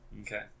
Okay